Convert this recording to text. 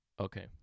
Okay